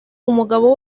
umugabo